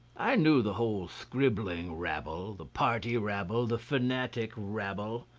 i knew the whole scribbling rabble, the party rabble, the fanatic rabble.